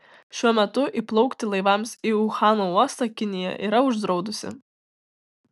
šiuo metu įplaukti laivams į uhano uostą kinija yra uždraudusi